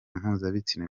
mpuzabitsina